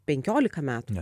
penkiolika metų